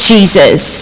Jesus